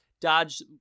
dodge